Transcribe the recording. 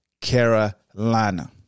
Carolina